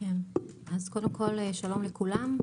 שלום לכולם.